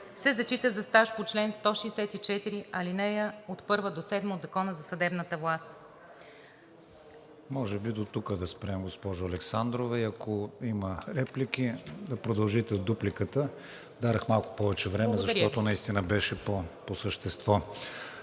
се зачита за стаж по чл. 164, ал. 1 – 7 от Закона за съдебната власт.